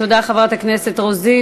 תודה, חברת הכנסת רוזין.